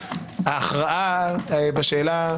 כי ההכרעה בשאלה